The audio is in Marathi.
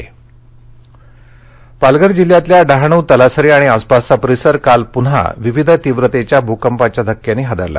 भकंप पालघर पालघर जिल्ह्यातला डहाणू तलासरी आणि आसपासचा परिसर काल पुन्हा विविध तीव्रतेच्या भूकंपाच्या धक्क्यांनी हादरला